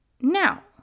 now